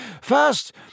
First